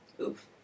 Oof